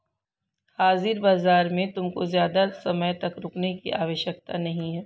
हाजिर बाजार में तुमको ज़्यादा समय तक रुकने की आवश्यकता नहीं है